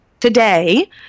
today